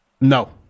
No